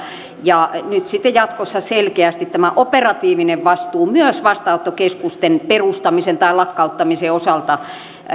ja nyt sitten jatkossa selkeästi tämä operatiivinen vastuu myös vastaanottokeskusten perustamisen tai lakkauttamisen osalta